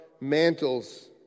mantles